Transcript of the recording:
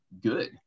good